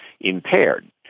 impaired